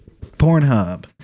Pornhub